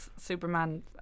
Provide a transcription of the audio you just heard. Superman